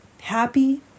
happy